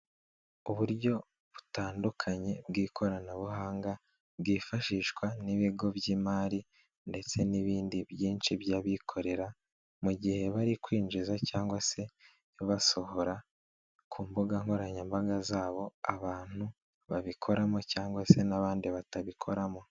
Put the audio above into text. Uburyo butandukanye bw'ikoranabuhanga bwifashishwa n'ibigo by'imari ndetse n'ibindi byinshi by'abikorera mu gihe bari kwinjiza cyangwa se basohora ku mbuga nkoranyambaga zabo abantu babikoramo cyangwa se n'abandi batabikoramo.